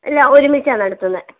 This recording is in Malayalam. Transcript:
ഇല്ല ഒരുമിച്ചാണ് നടത്തുന്നത്